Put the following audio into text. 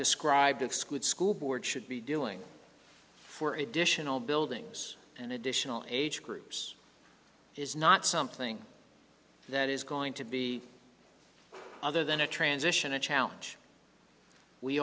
described exclude school board should be doing for additional buildings and additional age groups is not something that is going to be other than a transition a challenge we